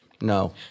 No